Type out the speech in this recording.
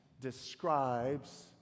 describes